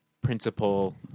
principal